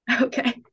Okay